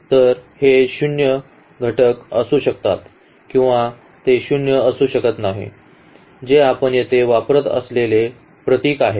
तर हे 0 घटक असू शकतात किंवा ते 0 असू शकत नाहीत जे आपण येथे वापरत असलेले प्रतीक आहे